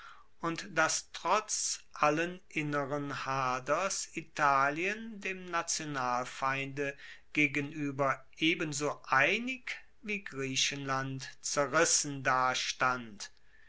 und dass trotz allen inneren haders italien dem nationalfeinde gegenueber ebenso einig wie griechenland zerrissen dastand